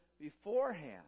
beforehand